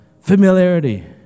Familiarity